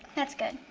that's good.